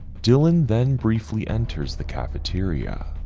dylan then briefly enters the cafeteria,